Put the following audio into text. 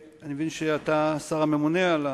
אני מבין שאתה השר הממונה.